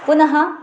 पुनः